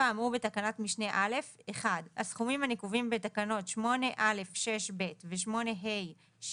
האמור בתקנת משנה (א) - הסכומים הנקובים בתקנות 8א(6)(ב) ו-8ה(7)